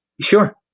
Sure